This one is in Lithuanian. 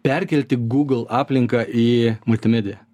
perkelti google aplinką į multimediją